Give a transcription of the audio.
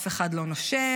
אף אחד לא נושם,